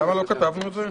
למה לא כתבנו את זה?